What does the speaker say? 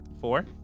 Four